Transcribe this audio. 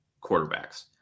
quarterbacks